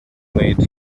made